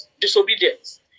disobedience